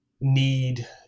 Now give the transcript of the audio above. need